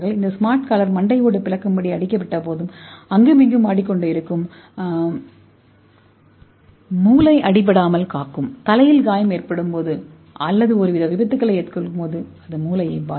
இந்த smart collar மண்டை ஓடு பிளக்கும்படி அடிப்பட்டபோதும் இங்கும் அங்கும் ஆடிக்கொண்டு இருக்கும் மூளை அடிபடாமல் காக்கும் தலையில் காயம் ஏற்படும் போது அல்லது ஒருவித விபத்துக்களை எதிர்கொள்ளும்போது அது மூளையை பாதுகாக்கும்